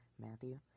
Matthew